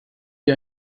wie